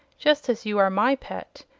just as you are my pet,